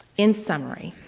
in summary,